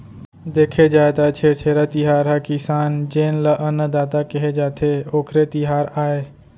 देखे जाए त छेरछेरा तिहार ह किसान जेन ल अन्नदाता केहे जाथे, ओखरे तिहार आय